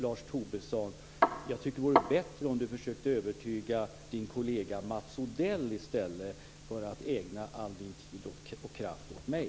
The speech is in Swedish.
Jag tycker att det vore bättre om Lars Tobisson försökte övertyga sin kollega Mats Odell i stället för att ägna all sin tid och kraft åt mig.